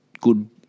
good